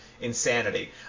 insanity